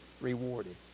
rewarded